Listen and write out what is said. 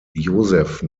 joseph